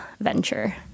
venture